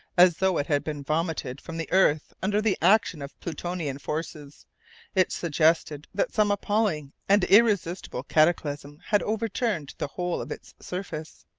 as though it had been vomited from the earth under the action of plutonian forces it suggested that some appalling and irresistible cataclysm had overturned the whole of its surface.